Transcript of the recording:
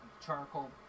charcoal